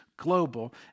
global